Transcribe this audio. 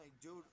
dude